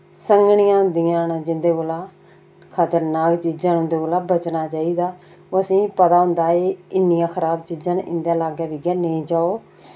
संगनियां होंदियां न जिन्दे कोला खतरनाक चीजां न उं'दे कोला बचना चाहिदा ओह् असें ई पता होंदा एह् इन्नियां खराब चीजां न इं'दे लागै विग्गै नेईं जाओ